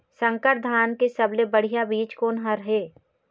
संकर धान के सबले बढ़िया बीज कोन हर ये?